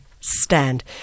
Stand